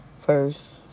first